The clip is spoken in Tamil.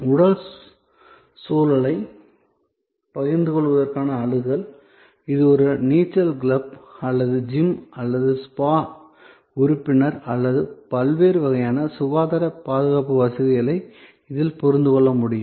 உடல் சூழலைப் பகிர்ந்து கொள்வதற்கான அணுகல் இது ஒரு நீச்சல் கிளப் அல்லது ஜிம் அல்லது ஸ்பா உறுப்பினர் அல்லது பல்வேறு வகையான சுகாதாரப் பாதுகாப்பு வசதிகளை இதில் புரிந்து கொள்ள முடியும்